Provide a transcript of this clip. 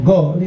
God